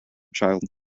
child